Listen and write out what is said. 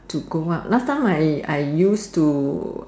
to go out last time I I used to go out